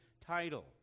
title